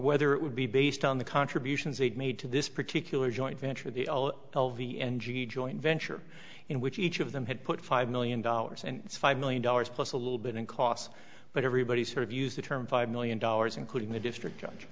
whether it would be based on the contributions they'd made to this particular joint venture the l v n g joint venture in which each of them had put five million dollars and five million dollars plus a little bit in costs but everybody sort of used the term five million dollars including the district judge